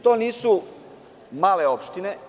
To nisu male opštine.